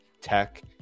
tech